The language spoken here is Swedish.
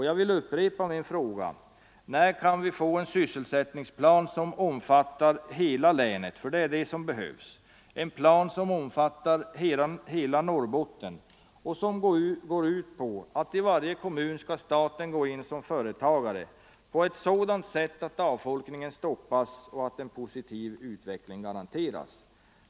Jag vill upprepa min fråga: När får vi en sysselsättningsplan för hela länet? Det är det som behövs — en plan som omfattar hela Norrbotten och som går ut på att i varje kommun skall staten träda in som företagare på ett sådant sätt att avfolkningen stoppas och en positiv utveckling garanteras.